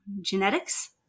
genetics